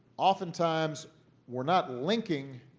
oftentimes we're not linking